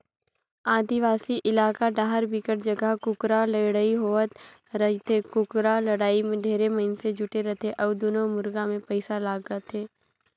आदिवासी इलाका डाहर बिकट जघा कुकरा लड़ई होवत रहिथे, कुकरा लड़ाई में ढेरे मइनसे जुटे रथे अउ दूनों मुरगा मे पइसा लगाथे